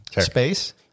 space